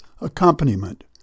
accompaniment